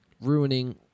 ruining